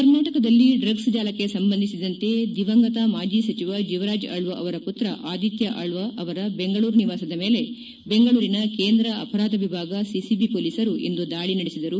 ಕರ್ನಾಟಕದಲ್ಲಿ ಡ್ರಗ್ನ್ ಜಾಲಕ್ಷೆ ಸಂಬಂಧಿಸಿದಂತೆ ದಿವಂಗತ ಮಾಜಿ ಸಚವ ಜೀವರಾಜ್ ಆಕ್ಷ ಅವರ ಪುತ್ರ ಆದಿತ್ನ ಆಕ್ಷ ಅವರ ಬೆಂಗಳೂರು ನಿವಾಸದ ಮೇಲೆ ಬೆಂಗಳೂರಿನ ಕೇಂದ್ರ ಅಪರಾಧ ವಿಭಾಗ ಸಿಸಿಬಿ ಹೊಲೀಸರು ಇಂದು ದಾಳಿ ನಡೆಸಿದರು